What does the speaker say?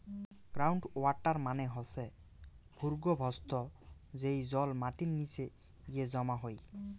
ground water মানে হসে ভূর্গভস্থ, যেই জল মাটির নিচে গিয়ে জমা হই